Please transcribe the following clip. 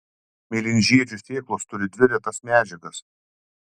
mėlynžiedžių sėklos turi dvi retas medžiagas